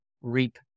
reap